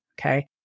Okay